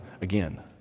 again